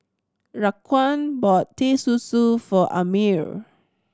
Raquan bought Teh Susu for Amir